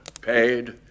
paid